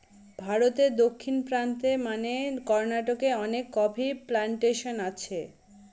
ভারতে দক্ষিণ প্রান্তে মানে কর্নাটকে অনেক কফি প্লানটেশন আছে